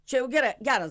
čia jau gerai geras